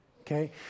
okay